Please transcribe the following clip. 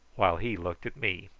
while he looked at me,